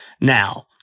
now